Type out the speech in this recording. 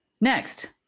Next